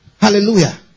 Hallelujah